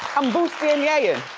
i'm bustier-ing. yeah yeah